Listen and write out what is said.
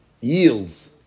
yields